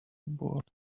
bored